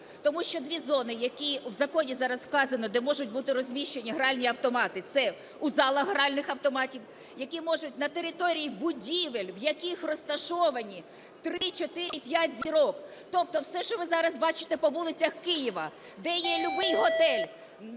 тому що дві зони, які в законі зараз вказано, де можуть бути розміщені гральні автомати, - це у залах гральних автоматів, які можуть на території будівель, в яких розташовані три, чотири, п'ять зірок. Тобто все, що ви зараз бачите по вулицях Києва, де є любий готель,